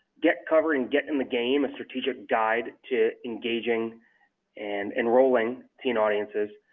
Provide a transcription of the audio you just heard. get covered, and get in the game, a strategic guide to engaging and enrolling teen audiences.